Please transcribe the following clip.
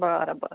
बरं बरं